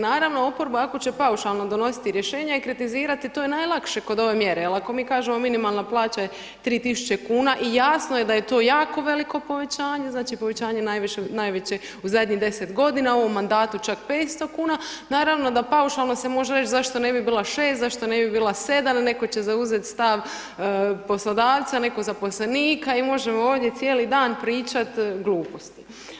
Naravno, oporba ako će paušalno donositi rješenja i kritizirati, to je najlakše kod ove mjere jer ako mi kažemo minimalna plaća je 3000 kuna i jasno je da je to jako veliko povećanje, znači povećanje najveće u zadnjih 10 g., u ovom mandatu čak 500 kuna, naravno da paušalno se može reći zašto ne bi bila 6, zašto ne bi bila 7, netko će zauzeti stav poslodavca, netko zaposlenika i možemo ovdje cijeli dan pričati gluposti.